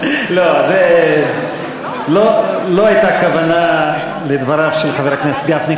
זאת לא הייתה כוונה לדבריו של חבר הכנסת גפני.